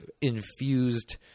infused